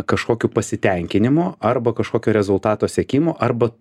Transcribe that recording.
kažkokiu pasitenkinimu arba kažkokio rezultato siekimu arba